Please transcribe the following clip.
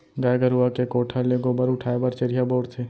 गाय गरूवा के कोठा ले गोबर उठाय बर चरिहा बउरथे